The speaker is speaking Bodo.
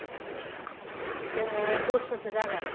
औ औ जोङो दस जनसो जागोन